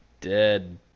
dead